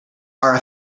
are